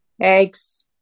eggs